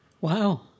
Wow